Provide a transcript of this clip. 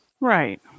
Right